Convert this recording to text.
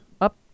up